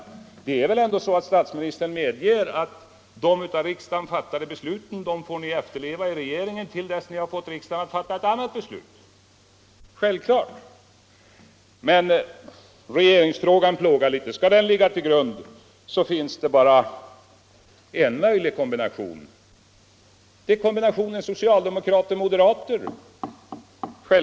Statsministern måste vält ändå medge att regeringen får lov att efterleva de av riksdagen fattade besluten till dess regeringen fått riksdagen att fatta ett annat beslut. Det är väl självklart. Men regeringsfrågan plågar naturligtvis statsministern. Skall kärnkraftsfrågan ligga till grund så finns det bara en möjlig kombination: socialdemokrater och moderater.